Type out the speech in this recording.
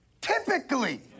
Typically